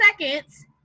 seconds